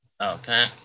Okay